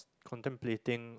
contemplating